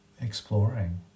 exploring